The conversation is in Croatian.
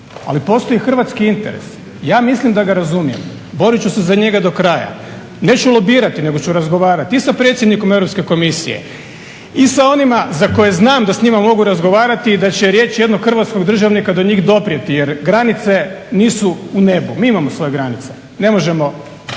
ali postoji hrvatski interes. Ja mislim da ga razumijem, borit ću se za njega do kraja, neću lobirati nego ću razgovarati i sa predsjednikom Europske komisije, i sa onima za koje znam da s njima mogu razgovarati i da će riječi jednog hrvatskog državnika do njih doprijeti. Jer granice nisu u nebu, mi imamo svoje granice, ne možemo